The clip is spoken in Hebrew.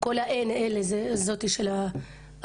וכל ה"אין" האלה של הממשלה.